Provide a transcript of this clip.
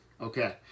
Okay